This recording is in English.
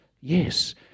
yes